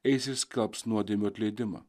eis ir skelbs nuodėmių atleidimą